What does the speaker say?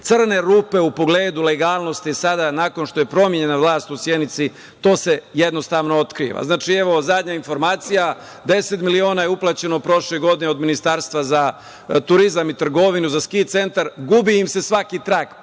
crne rupe u pogledu legalnosti. Sada nakon što je promenjena vlast u Sjenici, to se jednostavno otkriva. Znači, evo, zadnja informacija, 10 miliona je uplaćeno prošle godine od Ministarstva za turizam i trgovinu, za ski centar, gubi im se svaki trag,